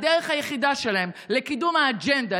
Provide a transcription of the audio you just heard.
הדרך היחידה שלהם לקידום האג'נדה,